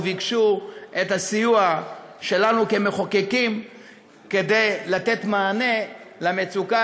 וביקשו את הסיוע שלנו כמחוקקים לתת מענה למצוקה